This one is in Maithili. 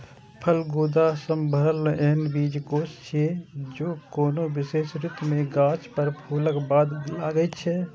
फल गूदा सं भरल एहन बीजकोष छियै, जे कोनो विशेष ऋतु मे गाछ पर फूलक बाद लागै छै